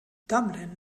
dublin